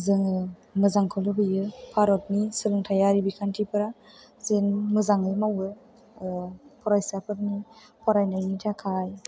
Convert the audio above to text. जोङो मोजांखौ लुगैयो भारतनि सोलोंथाइयारि बिखान्थिफ्रा जेन मोजाङै मावो फरायसाफोरनि फरायनायनि थाखाय